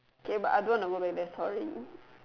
okay but I don't want to go back there sorry